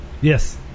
Yes